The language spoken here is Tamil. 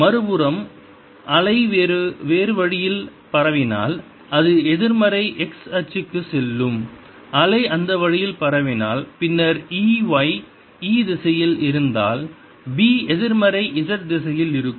மறுபுறம் அலை வேறு வழியில் பரவினால் அது எதிர்மறை x அச்சுக்குச் செல்லும் அலை இந்த வழியில் பரவினால் பின்னர் E y E திசையில் இருந்தால் B எதிர்மறை z திசையில் இருக்கும்